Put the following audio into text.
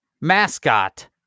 mascot